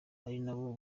ariko